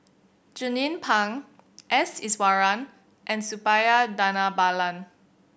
Jernnine Pang S Iswaran and Suppiah Dhanabalan